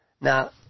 Now